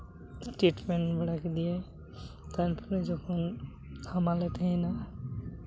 treatment ᱵᱟᱲᱟ ᱠᱮᱫᱮᱭᱟᱭ ᱛᱟᱭᱚᱢ ᱛᱮᱫᱚ ᱡᱚᱠᱷᱚᱱ ᱦᱟᱢᱟᱞᱮ ᱛᱟᱦᱮᱭᱮᱱᱟ